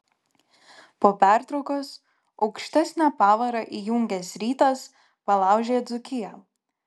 po pertraukos aukštesnę pavarą įjungęs rytas palaužė dzūkiją